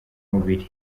mubiri